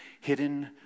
hidden